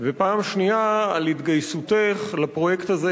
ופעם שנייה על התגייסותך לפרויקט הזה,